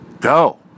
Go